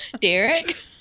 Derek